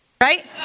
Right